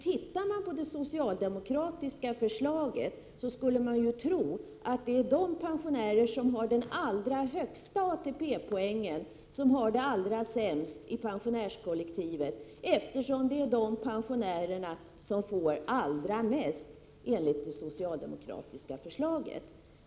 Tittar man på det socialdemokratiska förslaget, kan man ju tro att det är de pensionärer som har den allra högsta ATP-poängen som har det allra sämst i pensionärskollektivet, eftersom det är de pensionärerna som får allra mest enligt det socialdemokratiska förslaget.